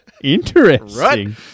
Interesting